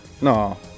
No